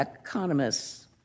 economists